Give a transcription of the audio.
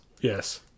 Yes